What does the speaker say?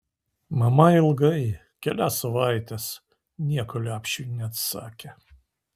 mama ilgai kelias savaites nieko lepšiui neatsakė